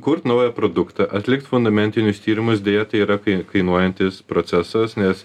kurt naują produktą atlikt fundamentinius tyrimus deja tai yra kai kainuojantis procesas nes